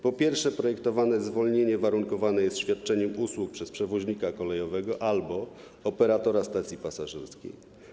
Po pierwsze, projektowane zwolnienie warunkowane jest świadczeniem usług przez przewoźnika kolejowego albo operatora stacji pasażerskiej.